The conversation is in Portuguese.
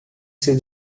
seu